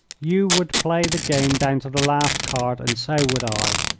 you would play the game down to the last card and so would i.